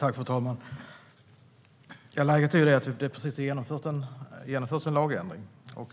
Fru talman! Läget är att det precis har genomförts en lagändring.